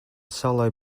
solo